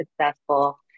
successful